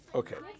okay